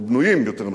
או בנויים יותר נכון,